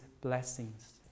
blessings